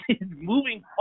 moving